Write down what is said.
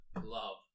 Love